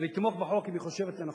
ולתמוך בחוק אם היא חושבת לנכון.